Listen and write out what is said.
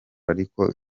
ariko